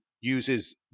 uses